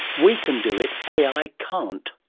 we can do it ai can't.